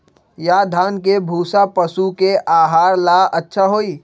या धान के भूसा पशु के आहार ला अच्छा होई?